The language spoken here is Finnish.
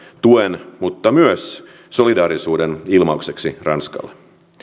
tuen mutta myös solidaarisuuden ilmaukseksi ranskalle